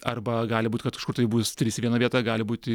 arba gali būt kad kažkur tai bus trys į vieną vietą gali būti